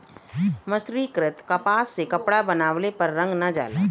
मर्सरीकृत कपास से कपड़ा बनवले पर रंग ना जाला